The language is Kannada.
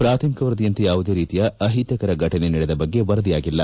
ಪ್ರಾಥಮಿಕ ವರದಿಯಂತೆ ಯಾವುದೇ ರೀತಿಯ ಅಹಿತಕರ ಘಟನೆ ನಡೆದ ಬಗ್ಗೆ ವರದಿಯಾಗಿಲ್ಲ